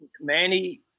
Manny